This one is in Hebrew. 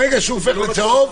כשהופך לצהוב: